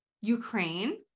Ukraine